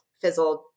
fizzled